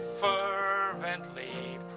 fervently